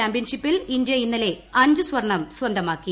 ചാമ്പ്യൻഷിപ്പിൽ ഇന്ത്യ ഇന്നലെ അഞ്ച് സ്വർണ്ണം സ്വന്തമാക്കി